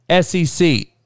SEC